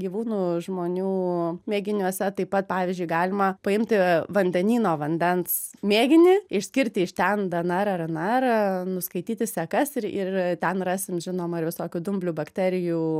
gyvūnų žmonių mėginiuose taip pat pavyzdžiui galima paimti vandenyno vandens mėginį išskirti iš ten dnr rnr nuskaityti sekas ir ir ten rasim žinoma ir visokių dumblių bakterijų